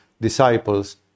disciples